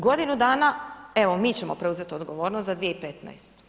Godinu dana, evo mi ćemo preuzeti odgovornost za 2015.